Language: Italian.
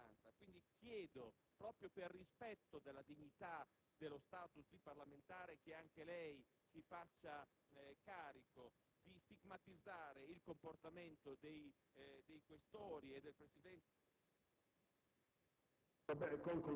di nevralgica importanza. Chiedo quindi, proprio per rispetto della dignità dello *status* di parlamentare, che anche lei si faccia carico di stigmatizzare il comportamento dei deputati Questori e del Presidente